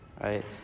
right